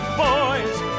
boys